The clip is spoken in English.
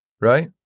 right